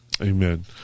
Amen